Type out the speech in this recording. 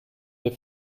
der